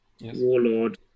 warlord